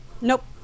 Nope